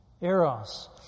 Eros